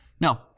No